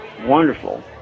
wonderful